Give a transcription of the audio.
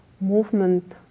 movement